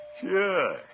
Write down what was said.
Sure